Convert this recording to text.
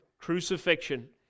crucifixion